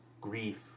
grief